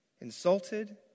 insulted